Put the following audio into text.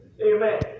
Amen